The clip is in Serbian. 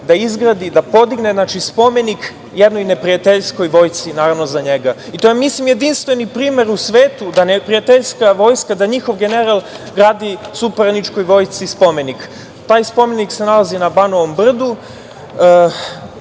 da izgradi i da podigne spomenik jednoj neprijateljskoj vojsci, naravno za njega. Mislim da je to jedinstveni primer u svetu, da neprijateljska vojska, da njihov general gradi suparničkoj vojsci spomenik. Taj spomenik se nalazi na Banovom Brdu.